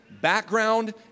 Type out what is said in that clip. background